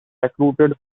recruited